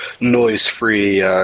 noise-free